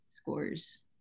scores